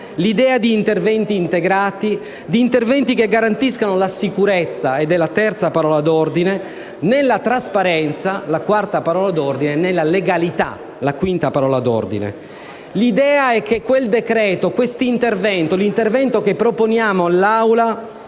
l'idea di interventi integrati, di interventi che garantiscano la sicurezza (la terza parola d'ordine) nella trasparenza (la quarta parola d'ordine) e nella legalità (la quinta parola d'ordine). L'idea è che questo decreto-legge, questo intervento che proponiamo all'Assemblea